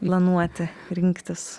planuoti rinktis